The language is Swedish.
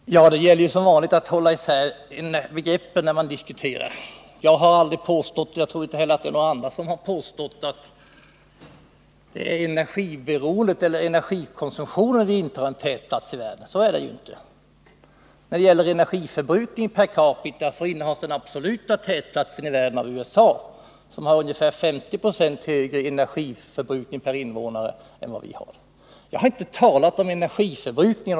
Herr talman! Det gäller att hålla isär begreppen när man diskuterar denna fråga. Jag har aldrig påstått — och jag tror inte heller att någon annan har gjort det — att vi intar en tätplats i fråga om energikonsumtion. När det gäller energiförbrukningen per capita innehas den absoluta tätplatsen i världen av USA, där energiförbrukningen per invånare är ungefär 50 Jo högre än i vårt land. Jag har, Lennart Blom, inte talat om tätplatser i fråga om energiförbrukning.